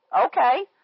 Okay